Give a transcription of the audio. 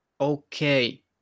okay